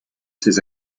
ses